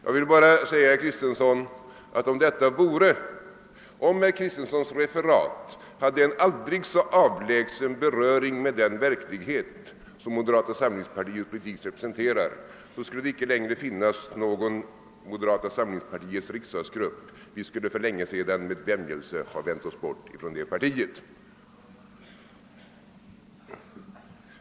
Jag vill bara säga att om herr Kristensons referat hade ens en avlägsen beröring med den verklighet som moderata samlingspartiet representerar, skulle moderata samlingspartiet inte längre ha någon riksdagsgrupp, utan vi skulle redan för länge sedan med vämlelse ha vänt oss bort från det partiet.